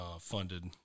funded